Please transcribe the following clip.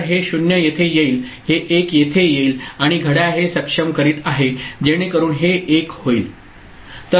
तर हे 0 येथे येईल हे 1 येथे येईल आणि घड्याळ हे सक्षम करीत आहे जेणेकरून हे 1 होईल